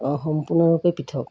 সম্পূৰ্ণৰূপে পৃথক